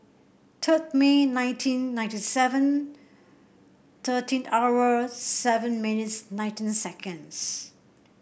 third May nineteen ninety seven thirteen hour seven minutes nineteen seconds